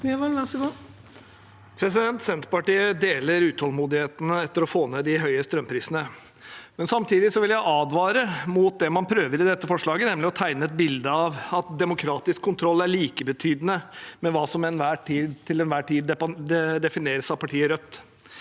Senterpartiet deler utålmodigheten etter å få ned de høye strømprisene. Samtidig vil jeg advare mot det man prøver i dette forslaget, nemlig å tegne et bilde av at demokratisk kontroll er likebetydende med hva som til enhver tid defineres av partiet Rødt.